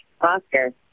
Oscar